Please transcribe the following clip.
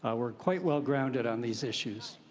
ah we're quite well grounded on these issues.